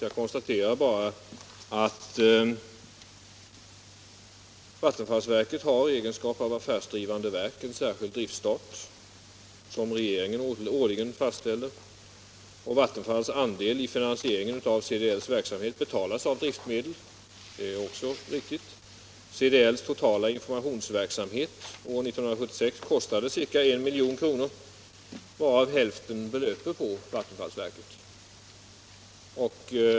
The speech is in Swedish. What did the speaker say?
Jag konstaterar bara att vattenfallsverket i egenskap av affärsdrivande verk har en särskild stat som regeringen årligen fastställer och att Vattenfalls andel i finansieringen av CDL:s verksamhet betalas av driftmedel. Det är också riktigt. CDL:s totala informationsverksamhet år 1976 kostade ca 1 milj.kr., varav hälften belöper sig på vattenfallsverket.